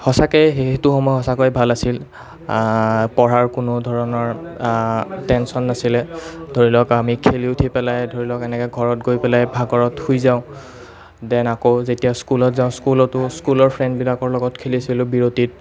সঁচাকৈ সেইটো সময় সঁচাকৈয়ে ভাল আছিল পঢ়াৰ কোনো ধৰণৰ টেনচন নাছিলে ধৰি লওক আমি খেলি উঠি পেলাই ধৰি লওক এনেকৈ ঘৰত গৈ পেলাই ভাগৰত শুই যাওঁ ডেন আকৌ যেতিয়া স্কুলত যাওঁ স্কুলতো স্কুলৰ ফ্ৰেণ্ডবিলাকৰ লগত খেলিছিলোঁ বিৰতিত